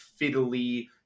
fiddly